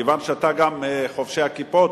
כיוון שאתה גם מחובשי הכיפות,